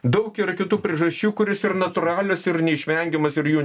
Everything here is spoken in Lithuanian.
daug yra kitų priežasčių kurios ir natūralios ir neišvengiamas ir jų